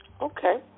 Okay